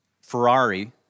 Ferrari